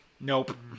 Nope